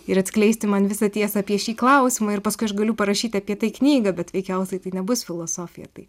ir atskleisti man visą tiesą apie šį klausimą ir paskui aš galiu parašyti apie tai knygą bet veikiausiai tai nebus filosofija tai